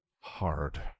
Hard